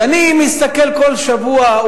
ואני מסתכל כל שבוע,